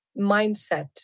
mindset